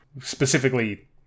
Specifically